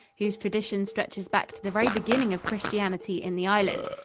whose tradition stretches back to the very beginning of christianity in the island.